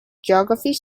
geographic